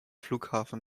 flughafen